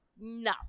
No